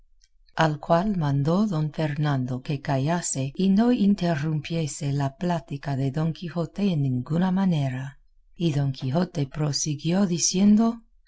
al cual mandó don fernando que callase y no interrumpiese la plática de don quijote en ninguna manera y don quijote prosiguió diciendo